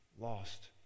lost